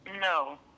No